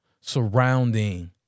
surrounding